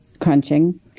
crunching